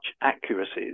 accuracies